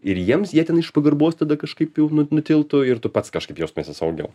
ir jiems jie ten iš pagarbos tada kažkaip jau nutiltų ir tu pats kažkaip jaustumeisi saugiau